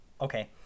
Okay